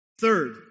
third